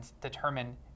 determine